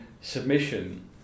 submission